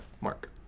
Mark